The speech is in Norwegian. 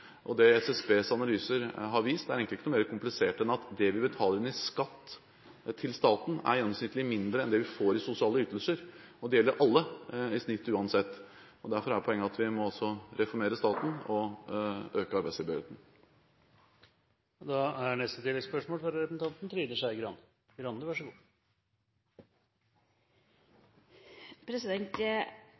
og det SSBs analyser har vist, er egentlig ikke mer komplisert enn at det man betaler inn i skatt til staten, er gjennomsnittlig mindre enn det man får i sosiale ytelser. Det gjelder alle i snitt – uansett. Derfor er det et poeng at vi må reformere staten og øke arbeidstilbøyeligheten. Trine Skei Grande – til oppfølgingsspørsmål. Jeg er